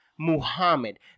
muhammad